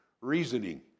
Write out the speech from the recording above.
reasoning